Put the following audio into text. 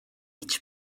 each